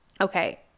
Okay